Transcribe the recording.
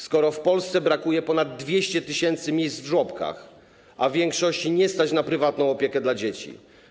Skoro w Polsce brakuje ponad 200 tys. miejsc w żłobkach, a większości nie stać na prywatną opiekę dla dzieci?